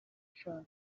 eshanu